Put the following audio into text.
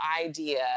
idea